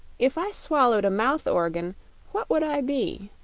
if i swallowed a mouth-organ, what would i be?